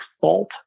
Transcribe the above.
fault